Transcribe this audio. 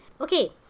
Okay